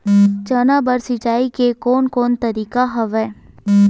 चना बर सिंचाई के कोन कोन तरीका हवय?